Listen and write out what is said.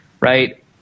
right